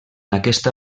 aquesta